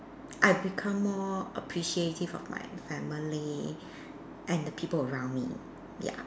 I become more appreciative of my family and the people around me ya